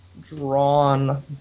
drawn